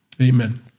amen